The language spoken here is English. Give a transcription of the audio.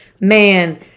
man